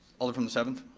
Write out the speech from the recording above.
alder from the seventh.